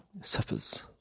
Suffers